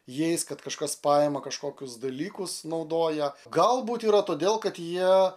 jais kad kažkas paima kažkokius dalykus naudoja galbūt yra todėl kad jie